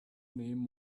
name